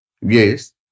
Yes